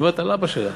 היא אומרת על אבא שלה.